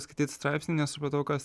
skaityt straipsnį nesupratau kas